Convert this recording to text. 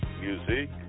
Music